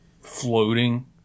floating